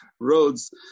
roads